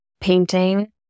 painting